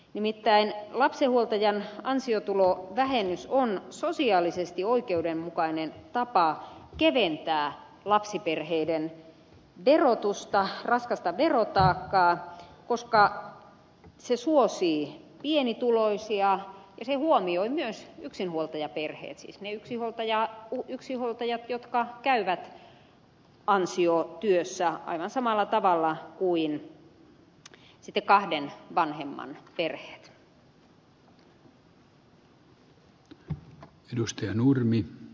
nimittäin lapsenhuoltajan ansiotulovähennys on sosiaalisesti oikeudenmukainen tapa keventää lapsiperheiden verotusta raskasta verotaakkaa koska se suosii pienituloisia ja se huomioi myös yksinhuoltajaperheet siis ne yksinhuoltajat jotka käyvät ansiotyössä aivan samalla tavalla kuin kahden vanhemman perheet